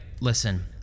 Listen